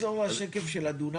אפשר לחזור לשקף של הדונמים?